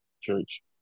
church